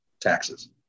Taxes